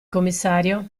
commissario